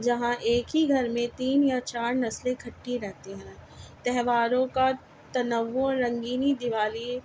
جہاں ایک ہی گھر میں تین یا چار نسلیں اکھٹی رہتی ہیں تہواروں کا تنوع رنگینی دیوالی